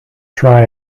try